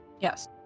Yes